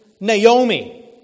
Naomi